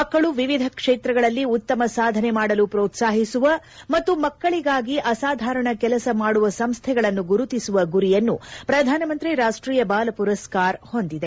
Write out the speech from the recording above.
ಮಕ್ಕಳು ವಿವಿಧ ಕ್ಷೇತ್ರಗಳಲ್ಲಿ ಉತ್ತಮ ಸಾಧನೆ ಮಾಡಲು ಪ್ರೋತ್ಲಾಹಿಸುವ ಮತ್ತು ಮಕ್ಕಳಗಾಗಿ ಅಸಾಧಾರಣ ಕೆಲಸ ಮಾಡುವ ಸಂಸೈಗಳನ್ನು ಗುರುತಿಸುವ ಗುರಿಯನ್ನು ಪ್ರಧಾನ ಮಂತ್ರಿ ರಾಷ್ಟಿಯ ಬಾಲ ಪುರಸ್ಕಾರ ಹೊಂದಿದೆ